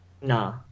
Nah